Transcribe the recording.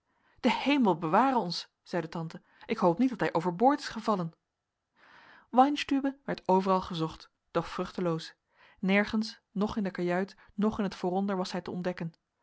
de hemel beware ons zeide tante ik hoop niet dat hij overboord is gevallen weinstübe werd overal gezocht doch vruchteloos nergens noch in de kajuit noch in t vooronder was hij te ontdekken